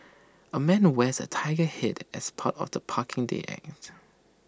A man wears A Tiger Head as part of the parking day act